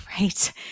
Right